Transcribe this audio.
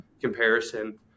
comparison